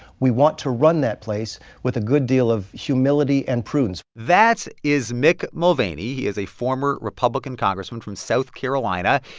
we want to run that place with a good deal of humility and prudence that is mick mulvaney. he is a former republican congressman from south carolina.